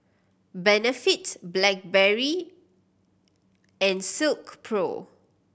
Benefit Blackberry and Silkpro